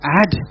add